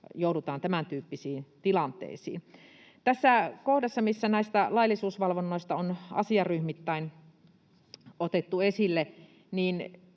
joudutaan tämäntyyppisiin tilanteisiin. Tässä kohdassa, missä näitä laillisuusvalvontoja on asiaryhmittäin otettu esille,